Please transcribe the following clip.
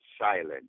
silent